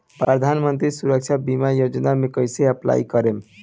प्रधानमंत्री सुरक्षा बीमा योजना मे कैसे अप्लाई करेम?